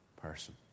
person